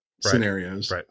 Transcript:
scenarios